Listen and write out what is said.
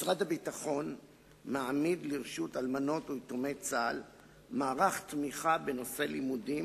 משרד הביטחון מעמיד לרשות אלמנות ויתומי צה"ל מערך תמיכה בנושא לימודים